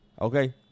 Okay